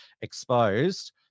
Exposed